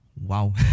wow